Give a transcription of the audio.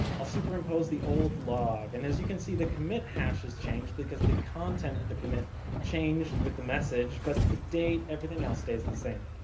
i'll super impose the old log, and as you can see the commit hash is changed, because the content of the commit changed with the message, but the date, everything else stays the same.